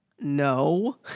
No